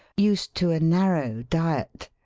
used to a narrow diet.